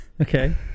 Okay